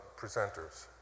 presenters